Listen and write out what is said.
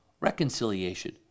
reconciliation